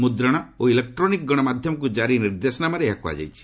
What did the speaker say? ମୁଦ୍ରଣ ଓ ଇଲେକ୍ଟ୍ରୋନିକ୍ ଗଣମାଧ୍ୟମକୁ ଜାରି ନିର୍ଦ୍ଦେଶନାମାରେ ଏହା କୁହାଯାଇଛି